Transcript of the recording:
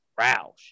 Roush